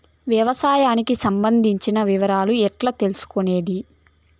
వ్యవసాయానికి సంబంధించిన వివరాలు ఎట్లా తెలుసుకొనేది?